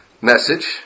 message